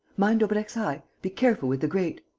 mind daubrecq's eye! be careful with the grate!